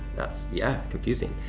that's, yeah, confusing.